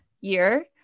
year